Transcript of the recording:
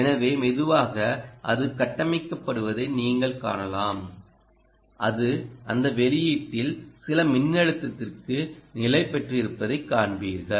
எனவே மெதுவாக அது கட்டமைக்கப்படுவதை நீங்கள் காணலாம் அது அந்த வெளியீட்டில் சில மின்னழுத்தத்திற்கு நிலைபெற்றிருப்பதைக் காண்பீர்கள்